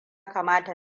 kamata